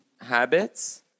habits